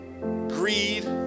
greed